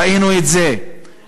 ראינו את זה בדומא,